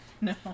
no